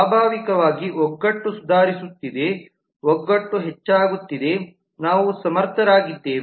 ಸ್ವಾಭಾವಿಕವಾಗಿ ಒಗ್ಗಟ್ಟು ಸುಧಾರಿಸುತ್ತಿದೆ ಒಗ್ಗಟ್ಟು ಹೆಚ್ಚಾಗುತ್ತಿದೆ ನಾವು ಸಮರ್ಥರಾಗಿದ್ದೇವೆ